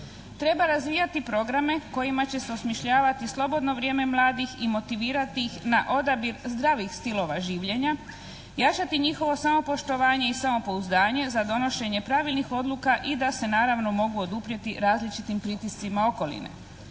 Treba razvijati programe kojima će se osmišljavati slobodno vrijeme mladih i motivirati ih na odabir zdravih stilova življenja, jačati njihovo samopoštovanje i samopouzdanje za donošenje pravilnih odluka i da se naravno mogu oduprijeti različitim pritiscima okoline.